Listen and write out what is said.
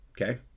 Okay